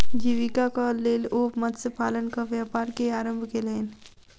जीवीकाक लेल ओ मत्स्य पालनक व्यापार के आरम्भ केलैन